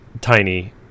tiny